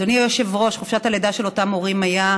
אדוני היושב-ראש, חופשת הלידה של אותם הורים הייתה